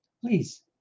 please